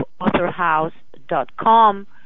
AuthorHouse.com